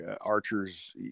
archers